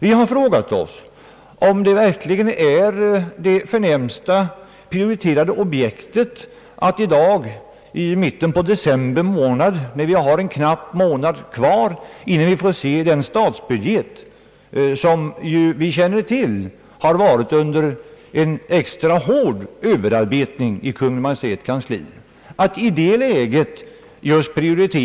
Vi har ställt frågan om i dagens läge — i mitten på december månad, alltså när det är en knapp månad kvar till dess vi får se den statsbudget, som vi ju vet har varit föremål för en extra hård överarbetning i Kungl. Maj:ts kansli — uppförandet av ett radiohus i Göteborg hör till de byggnadsobjekt som bör ges särskild prioritet.